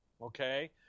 okay